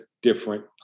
different